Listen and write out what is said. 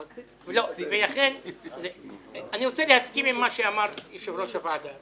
אני רוצה להסכים עם מה שאמר יושב-ראש הוועדה,